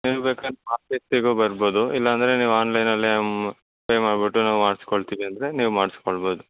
ನೀವು ಬೇಕಾರೆ ಮಾರ್ಕೆಟಿಗು ಬರ್ಬೋದು ಇಲ್ಲಾಂದ್ರೆ ನೀವು ಆನ್ಲೈನಲ್ಲೇ ಪೇ ಮಾಡಿಬಿಟ್ಟು ನಾವು ಮಾಡಿಸ್ಕೊಳ್ತೀವಿ ಅಂದರೆ ನೀವು ಮಾಡಿಸ್ಕೊಳ್ಬೋದು